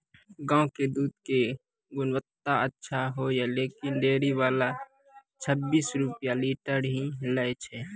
गांव के दूध के गुणवत्ता अच्छा होय या लेकिन डेयरी वाला छब्बीस रुपिया लीटर ही लेय छै?